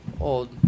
old